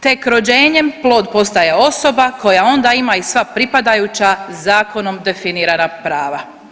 Tek rođenjem plod postaje osoba koja onda ima i sva pripadajuća zakonom definirana prava.